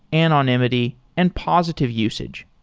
anonymity and positive usage.